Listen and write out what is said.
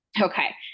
Okay